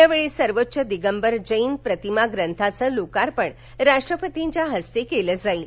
या बेळी सर्वोच्च दिगंबर जैन प्रतिमा ग्रंथाचे लोकार्पण राष्ट्रपतींच्या हस्ते करण्यात येईल